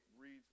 reads